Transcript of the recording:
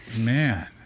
man